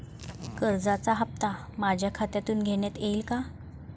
कर्जाचा हप्ता माझ्या खात्यातून घेण्यात येईल का?